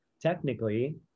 technically